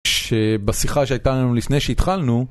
שבשיחה שהייתה לנו לפני שהתחלנו